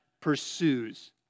pursues